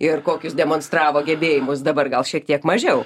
ir kokius demonstravo gebėjimus dabar gal šiek tiek mažiau